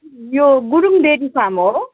यो Gurung dairy farm हो